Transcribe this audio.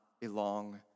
belong